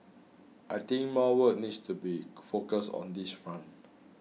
I think more work needs to be focused on this front